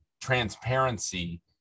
transparency